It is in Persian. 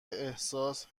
احساس